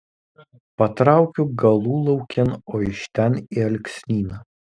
patraukiu galulaukėn o iš ten į alksnyną